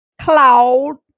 Cloud